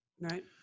right